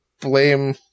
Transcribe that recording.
blame